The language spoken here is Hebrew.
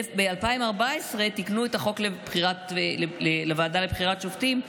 ב-2014 תיקנו את החוק לוועדה לבחירת שופטים,